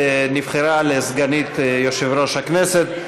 נבחרה לסגנית יושב-ראש הכנסת.